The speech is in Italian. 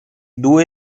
due